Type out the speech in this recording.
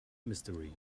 mystery